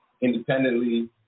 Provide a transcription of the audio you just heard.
independently